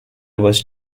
was